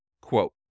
quote